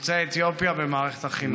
יוצאי אתיופיה במערכת החינוך.